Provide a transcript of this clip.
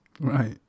Right